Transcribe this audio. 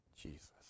Jesus